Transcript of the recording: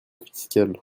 fiscale